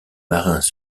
marins